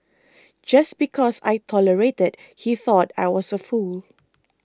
just because I tolerated he thought I was a fool